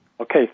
Okay